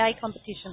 competition